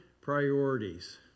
priorities